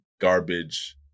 garbage